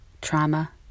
trauma